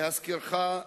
להזכירך,